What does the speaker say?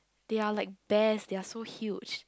they are like bears they are so huge